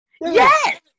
Yes